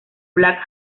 black